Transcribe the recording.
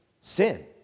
sin